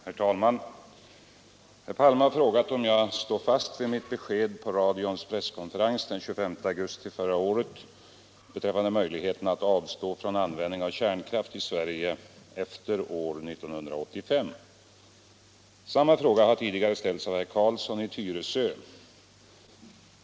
Herr talman! Herr Palme har frågat, om jag står fast vid mitt besked på radions presskonferens den 25 augusti förra året beträffande möjligheterna att avstå från användning av kärnkraft i Sverige efter år 1985. Samma fråga har tidigare ställts av herr Carlsson i Tyresö.